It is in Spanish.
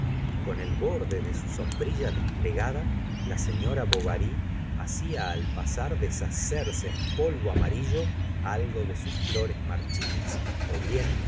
y con el borde de su sombrilla desplegada la sellora bovary hacia al pasar deshacerse en polvo amarillo algo de sus flores marchitas bien